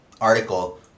article